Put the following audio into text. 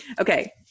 okay